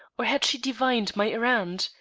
or had she divined my errand?